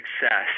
success